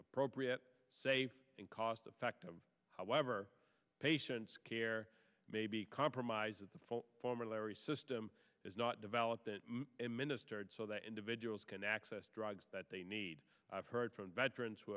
appropriate safe and cost effective however patient's care may be compromised with the full form or larry system is not developed that ministered so that individuals can access drugs that they need i've heard from veterans who